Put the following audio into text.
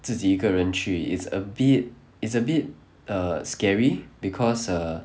自己一个人去 it's a bit it's a bit uh scary because uh